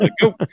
go